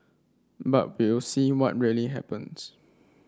but we'll see what really happens